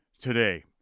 today